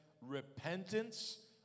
repentance